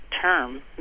term